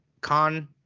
Con